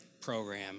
Program